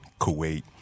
Kuwait